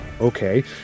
okay